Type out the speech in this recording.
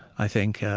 i think,